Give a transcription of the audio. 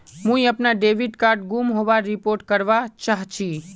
मुई अपना debit card गूम होबार रिपोर्ट करवा चहची